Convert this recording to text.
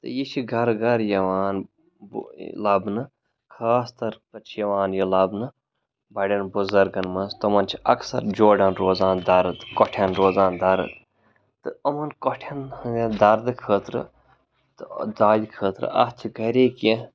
تہٕ یہِ چھِ گَرٕ گَرٕ یِوان لَبنہٕ خاص طرفہٕ چھِ یِوان یہِ لَبنہٕ بَڑٮ۪ن بُزَرگَن منٛز تِمَن چھِ اَکثَر جوڑَن روزان دَرد کۄٹھٮ۪ن روزان دَرد تہٕ یِمَن کۄٹھٮ۪ن ہٕنٛدٮ۪ن دَردٕ خٲطرٕ تہٕ دادِ خٲطرٕ اَتھ چھِ گَرے کینٛہہ